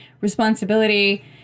responsibility